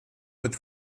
mit